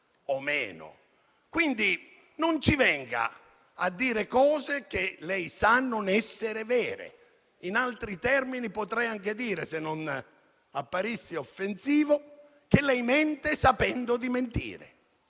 Quindi non ci venga a dire cose che lei sa non essere vere. In altri termini, potrei anche dire - se non apparissi offensivo - che lei mente sapendo di mentire.